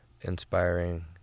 inspiring